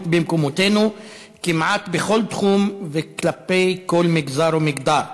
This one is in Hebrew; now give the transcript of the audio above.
במקומותינו כמעט בכל תחום וכלפי כל מגזר ומגדר.